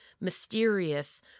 mysterious